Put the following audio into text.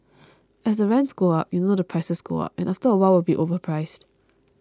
as rents go up you know the prices go up and after a while we'll be overpriced